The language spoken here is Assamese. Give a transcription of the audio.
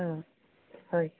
অঁ হয়